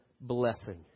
blessing